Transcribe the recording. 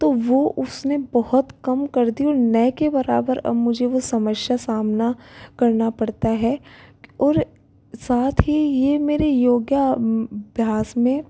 तो वह उसने बहुत कम कर दी और न के बराबर मुझे वह समस्या सामना करना पड़ता है और साथ ही ये मेरे योगा अभ्यास में